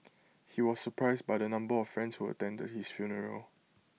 he was surprised by the number of friends who attended his funeral